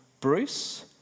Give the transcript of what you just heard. Bruce